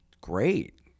great